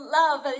love